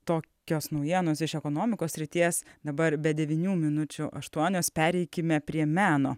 tokios naujienos iš ekonomikos srities dabar be devynių minučių aštuonios pereikime prie meno